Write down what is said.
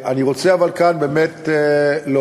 אני רוצה, אבל, כאן באמת להודות